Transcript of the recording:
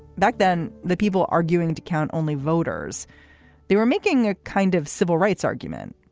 back then, the people arguing to count only voters there were making a kind of civil rights argument.